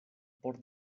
por